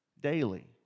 daily